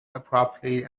abruptly